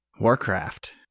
warcraft